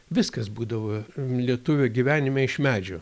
viskas būdavo lietuvio gyvenime iš medžio